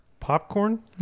Popcorn